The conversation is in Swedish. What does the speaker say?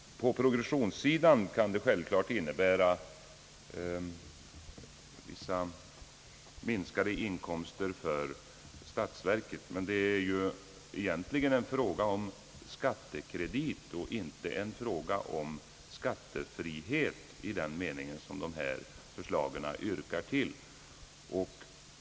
På progressionssidan kan det självklart innebära vissa minskade inkomster för statsverket, men det är ju egentligen en form av skattekredit och inte en form av skattefrihet som dessa förslag syftar till.